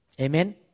Amen